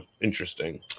interesting